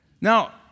Now